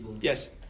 Yes